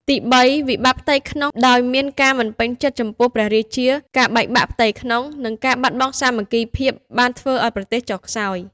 ទីបីគឺ វិបត្តិផ្ទៃក្នុង ដោយមានការមិនពេញចិត្តចំពោះព្រះរាជា ការបែកបាក់ផ្ទៃក្នុង និងការបាត់បង់សាមគ្គីភាពបានធ្វើឱ្យប្រទេសចុះខ្សោយ។